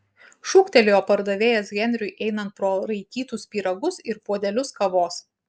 šūktelėjo pardavėjas henriui einant pro raikytus pyragus ir puodelius kavos